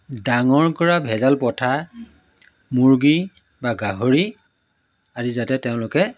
ডাঙৰ কৰা ভেজাল পথা মুৰ্গী বা গাহৰি আদি যাতে তেওঁলোকে